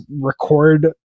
record